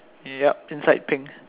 yup inside pink